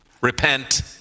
Repent